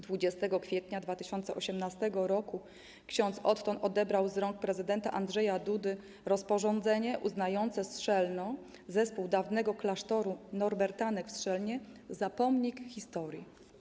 20 kwietnia 2018 r. ks. Otton odebrał z rąk prezydenta Andrzeja Dudy rozporządzenie uznające Strzelno - zespół dawnego klasztoru norbertanek w Strzelnie za pomnik historii.